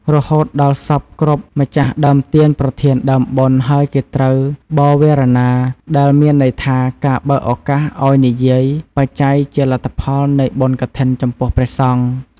រហូតដល់សព្វគ្រប់ម្ចាស់ដើមទានប្រធានដើមបុណ្យហើយគេត្រូវ បវារណា ដែលមានន័យថា ការបើកឱកាសឱ្យនិយាយ បច្ច័យជាលទ្ធផលនៃបុណ្យកឋិនចំពោះព្រះសង្ឃ